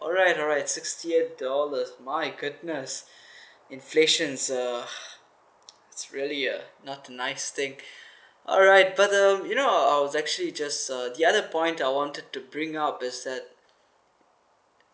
alright alright sixty eight dollars my goodness inflation uh that's really a not nice thing alright but um you know I was actually just uh the other point I wanted to bring out is that